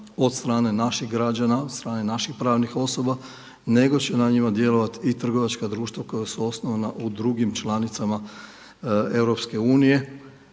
od stranih naših građana, od strane naših pravnih osoba nego će na njima djelovati i trgovačka društva koja su osnovana u drugim članicama EU, bilo